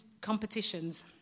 competitions